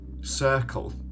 circle